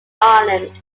ireland